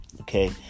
Okay